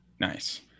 Nice